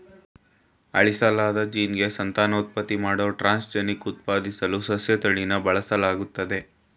ಅಳಿಸ್ಲಾದ ಜೀನ್ಗೆ ಸಂತಾನೋತ್ಪತ್ತಿ ಮಾಡೋ ಟ್ರಾನ್ಸ್ಜೆನಿಕ್ ಉತ್ಪಾದಿಸಲು ಸಸ್ಯತಳಿನ ಬಳಸಲಾಗ್ತದೆ